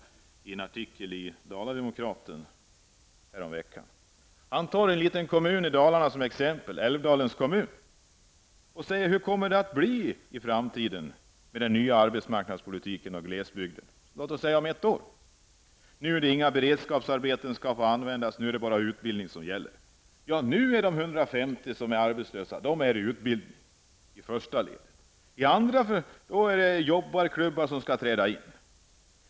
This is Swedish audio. Frågan ställs i en artikel som var införd i Dala Demokraten häromveckan. Villy Bergström tar en liten kommun i Dalarna som exempel, nämligen Älvdalens kommun. Villy Bergström frågar: Hur kommer det bli i framtiden när det gäller den nya arbetsmarknadspolitiken och glesbygden? Hur kommer det att bli om låt oss säga ett år? Nu skall ju inga beredskapsarbeten användas, utan nu är det bara utbildning som gäller. Ja, nu är de 150 som är arbetslösa i utbildning, i första ledet. I andra ledet är det ''jobbarklubbar'' som skall träda in.